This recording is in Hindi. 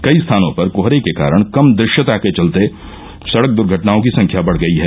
कई स्थानों पर कोहरे के कारण कम दृश्यता के चलते सड़क दुर्घटनाओं की संख्या बढ़ गई है